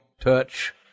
touch